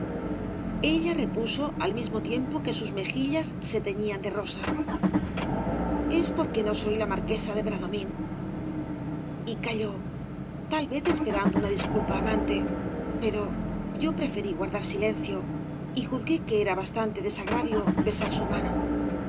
ella repuso al mismo tiempo que sus mejillas se teñían de rosa es porque no soy la marquesa de bradomín y calló tal vez esperando una disculpa amante pero yo preferí guardar silencio y juzgué que era bastante desagravio besar su mano